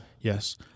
Yes